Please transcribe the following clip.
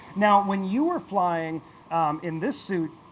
now, when you were flying in this suit,